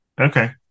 Okay